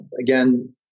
Again